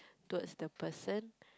towards the person